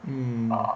mm